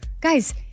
guys